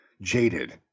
jaded